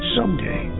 Someday